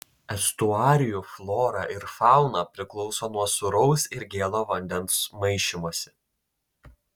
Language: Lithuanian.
estuarijų flora ir fauna priklauso nuo sūraus ir gėlo vandens maišymosi